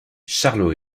charlot